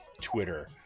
twitter